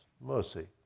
mercy